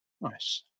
Nice